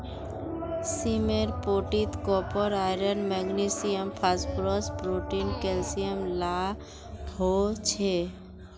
सीमेर पोटीत copper, iron, magnesium, phosphorus, protein, calcium ला हो छे